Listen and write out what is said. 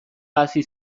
hasi